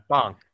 Bonk